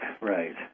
right